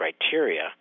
criteria